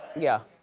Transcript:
yeah.